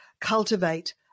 cultivate